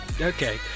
Okay